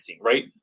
right